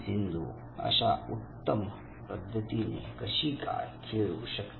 सिंधू अशा उत्तम पद्धतीने कशी काय खेळू शकते